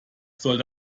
soll